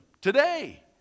today